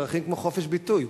ערכים כמו חופש ביטוי,